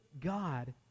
God